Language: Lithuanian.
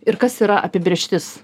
ir kas yra apibrėžtis